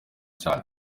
cyane